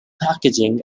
packaging